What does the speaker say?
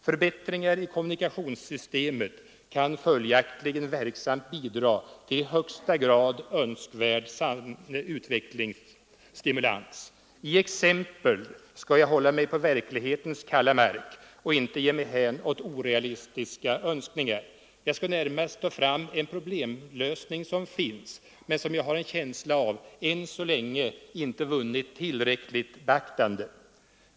Förbättringar i kommunikationssystemet kan följaktligen verksamt bidra till en i högsta grad önskvärd utvecklingsstimulans. I exempel skall jag hålla mig på verklighetens fasta mark och inte ge mig hän åt orealistiska önskningar. Jag skall närmast ta fram en problemlösning som finns men som jag har en känsla av än så länge inte vunnit tillräckligt beaktande.